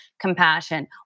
compassion